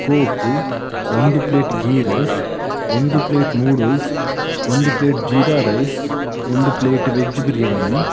Coke ಒಂದು plate ghee rice ಒಂದು plate noodles ಒಂದು ಪ್ಲೇಟ್ ಜೀರಾ ರೈಸ್ ಒಂದು ಪ್ಲೇಟ್ ವೆಜ್ ಬಿರಿಯಾನಿ